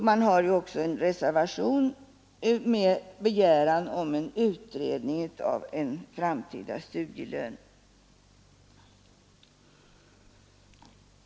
Man har också en reservation med begäran om utredning av frågan om en framtida studielön.